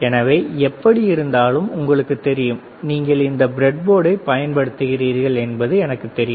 எனவே எப்படியிருந்தாலும் உங்களுக்குத் தெரியும் நீங்கள் இந்த ப்ரெட்போர்டைப் பயன்படுத்தியிருக்கிறீர்கள் என்பது எனக்குத் தெரியும்